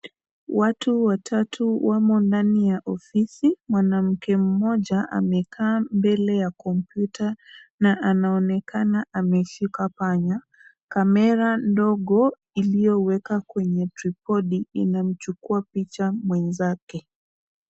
Watu watatu wamo ndani ya ofisi. Mwanamke mmoja amekaa mbele ya kompyuta na anaonekana ameshika panya. Kamera dogo iliyowekwa kwenye tripodi inamchukua picha mwenzake.